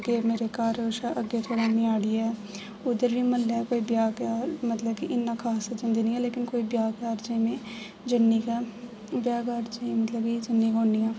ते मेरे घर शा अग्गें जेह्ड़ा मेआड़ी ऐ उद्धर बी म्ह्ल्ले कोई ब्याह् मतलब की इ'न्ना खास च निं जन्नी ऐ लेकिन कोई ब्याह् कारज च में जन्नी गै ब्याह् कारज च में उं'दे घर जन्नी गै होनी आं